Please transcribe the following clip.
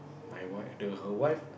my wife the her wife